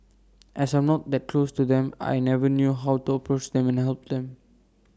as I'm not that close to them I never knew how to approach them and help them